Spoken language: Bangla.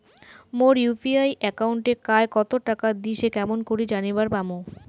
মোর ইউ.পি.আই একাউন্টে কায় কতো টাকা দিসে কেমন করে জানিবার পামু?